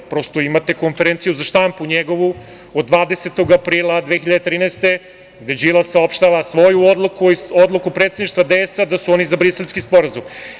Imate konferenciju za štampu njegovu od 20. aprila 2013. godine gde Đilas saopštava svoju odluku, predstavništva DS da su oni za Briselski sporazum.